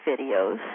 videos